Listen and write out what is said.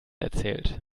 erzählt